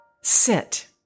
Sit